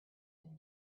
been